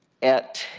at